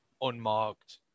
unmarked